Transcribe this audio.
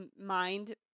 mind